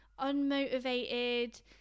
unmotivated